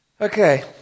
Okay